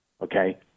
okay